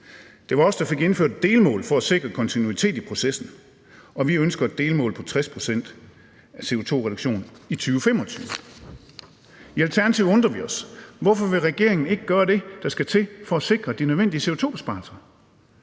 Det var os, der fik indført delmål for at sikre kontinuitet i processen, og vi ønsker et delmål på 60 pct. CO2-reduktion i 2025. I Alternativet undrer vi os. Hvorfor vil regeringen ikke gøre det, der skal til, for at sikre de nødvendige CO2-besparelser?